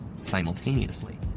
simultaneously